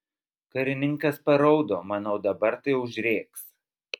karininkas paraudo manau dabar tai užrėks